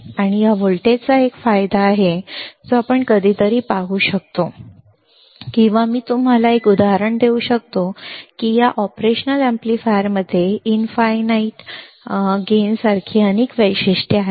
आणि या व्होल्टेजचा एक फायदा आहे जो आपण कधीतरी पाहू शकतो किंवा मी तुम्हाला एक उदाहरण देऊ शकतो की या ऑपरेशन एम्पलीफायरमध्ये इनफाई नाईट अनंत इनपुट गेन सारखी अनेक वैशिष्ट्ये आहेत